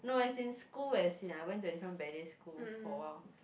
no as in school as in like I went into different ballet school for a while